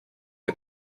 and